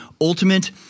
ultimate